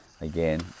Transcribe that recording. again